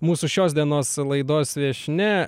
mūsų šios dienos laidos viešnia